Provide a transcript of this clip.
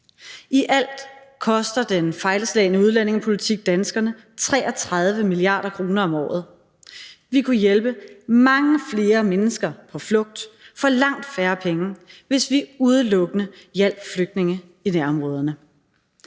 I alt koster den fejlslagne udlændingepolitik danskerne 33 mia. kr. om året. Vi kunne hjælpe mange flere mennesker på flugt for langt færre penge, hvis vi udelukkende hjalp flygtninge i nærområderne.